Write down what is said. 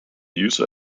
user